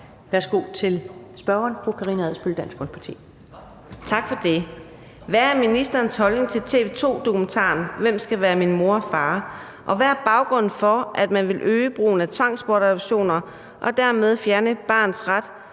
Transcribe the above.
Værsgo til spørgeren, fru Karina Adsbøl, Dansk Folkeparti. Kl. 15:30 Karina Adsbøl (DF): Tak for det. Hvad er ministerens holdning til TV 2-dokumentaren »Hvem skal være min mor og far?«, og hvad er baggrunden for, at man vil øge brugen af tvangsbortadoptioner og dermed fjerne barnets ret